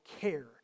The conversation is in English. care